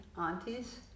aunties